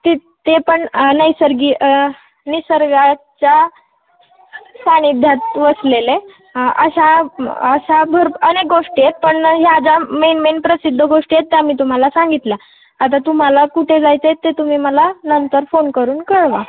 ते ते पण नैसर्गी निसर्गाच्या सान्निध्यात वसलेले अशा अशा भर अनेक गोष्टी आहेत पण ह्या ज्या मेन मेन प्रसिद्ध गोष्टी आहेत त्या मी तुम्हाला सांगितल्या आता तुम्हाला कुठे जायचं आहे ते तुम्ही मला नंतर फोन करून कळवा